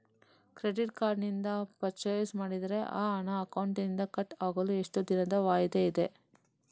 Credit card ನಿಂದ purchase ಮಾಡಿದರೆ ಆ ಹಣ ಅಕೌಂಟಿನಿಂದ ಕಟ್ ಆಗಲು ಎಷ್ಟು ದಿನದ ವಾಯಿದೆ ಇದೆ?